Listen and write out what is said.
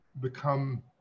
become